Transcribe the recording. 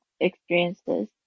experiences